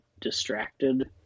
distracted